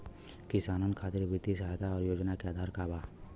किसानन खातिर वित्तीय सहायता और योजना क आधार का ह?